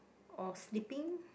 or sleeping